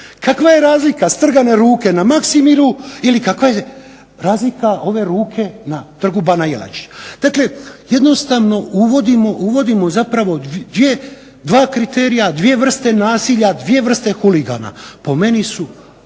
kakva je razlika strgane ruke na Maksimiru ili kakva je razlika ove ruke na Trgu bana Jelačića? Dakle, jednostavno uvodimo, uvodimo zapravo dva kriterija, dvije vrste nasilja, dvije vrste huligana. Po meni su